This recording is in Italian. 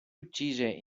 uccise